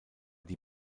die